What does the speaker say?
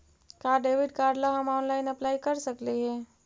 का debit card ला हम ऑनलाइन अप्लाई कर सकली हे?